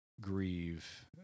grieve